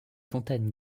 fontaines